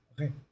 Okay